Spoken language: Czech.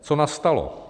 Co nastalo?